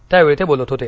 त्यावेळी ते बोलत होते